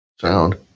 sound